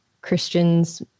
Christians